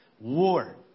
War